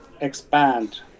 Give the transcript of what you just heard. expand